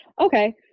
Okay